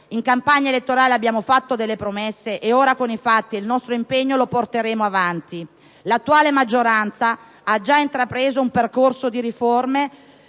in campagna elettorale abbiamo fatto delle promesse, e ora, con i fatti e il nostro impegno, le porteremo avanti. L'attuale maggioranza ha già intrapreso un percorso di riforme